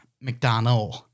McDonald